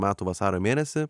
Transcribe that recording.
metų vasario mėnesį